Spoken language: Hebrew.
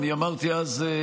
אמרתי אז,